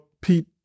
Pete